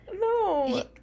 No